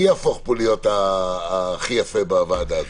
אני אהפוך להיות הכי יפה בוועדה הזאת.